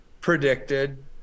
predicted